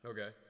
Okay